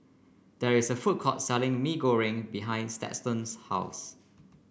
there is a food court selling Mee Goreng behind Stetson's house